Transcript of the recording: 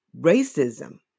racism